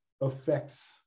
affects